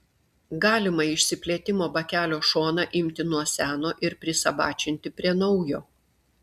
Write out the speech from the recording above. galima išsiplėtimo bakelio šoną imti nuo seno ir prisabačinti prie naujo